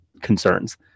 concerns